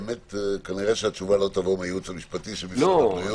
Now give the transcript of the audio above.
כנראה שהתשובה לא תבוא מהייעוץ המשפטי של משרד הבריאות,